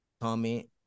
Comment